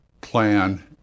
plan